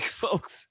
folks